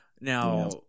Now